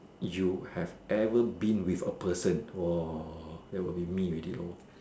you have ever been with a person !wow! that would be me already lor